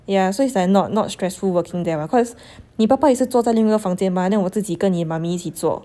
yeah so it's like not not stressful working there [what] cause 你爸爸也是坐在另一个房间 mah then 我自己跟你 mummy 一起坐